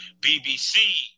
BBC